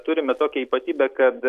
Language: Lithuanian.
turime tokią ypatybę kad